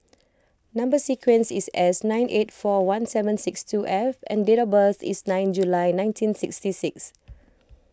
Number Sequence is S nine eight four one seven six two F and date of birth is nine July nineteen sixty six